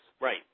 Right